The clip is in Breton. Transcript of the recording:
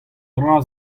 dra